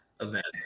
events